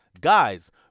Guys